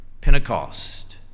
Pentecost